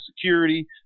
security